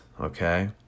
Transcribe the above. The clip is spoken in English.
okay